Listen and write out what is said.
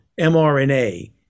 mRNA